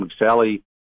McSally